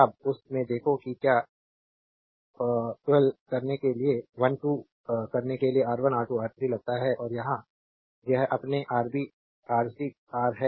अब उस में देखो कि क्या 12 कॉल करने के लिए R1 R2 R3 लगता है और यहां यह अपने आरबी आर सी रा है